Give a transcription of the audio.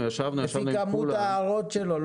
לפי כמות ההערות שלו.